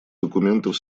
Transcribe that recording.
документов